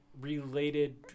related